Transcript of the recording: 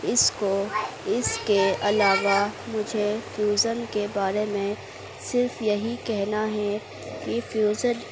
اس کو اس کے علاوہ مجھے فیوزل کے بارے میں صرف یہی کہنا ہے کہ فیوزل